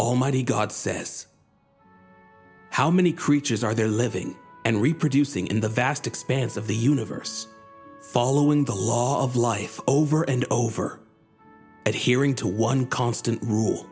almighty god says how many creatures are there living and reproducing in the vast expanse of the universe following the law of life over and over and hearing to one constant rule